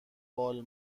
وال